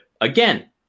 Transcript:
again